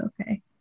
okay